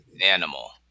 Animal